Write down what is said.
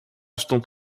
stond